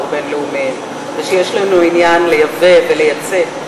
בין-לאומיים ושיש לנו עניין לייבא ולייצא.